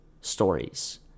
stories